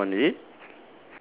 the second one is it